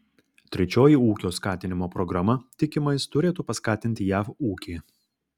trečioji ūkio skatinimo programa tikimais turėtų paskatinti jav ūkį